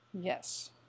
Yes